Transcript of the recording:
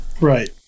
Right